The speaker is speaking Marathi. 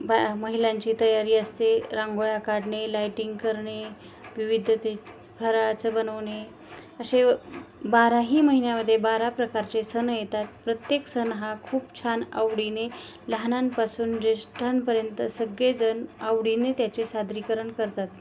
बा महिलांची तयारी असते रांगोळ्या काढणे लाईटिंग करणे विविध ते फराळाचं बनवणे असे बाराही महिन्यामध्ये बारा प्रकारचे सण येतात प्रत्येक सण हा खूप छान आवडीने लहानांपासून जेष्ठांपर्यंत सगळेजण आवडीने त्याचे सादरीकरण करतात